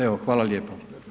Evo, hvala lijepo.